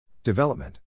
Development